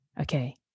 okay